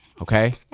Okay